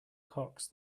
cocks